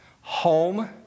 home